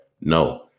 No